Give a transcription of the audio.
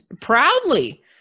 proudly